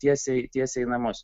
tiesiai tiesiai į namus